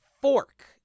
fork